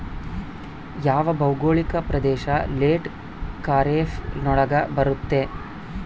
ಯಾವ ಭೌಗೋಳಿಕ ಪ್ರದೇಶ ಲೇಟ್ ಖಾರೇಫ್ ನೊಳಗ ಬರುತ್ತೆ?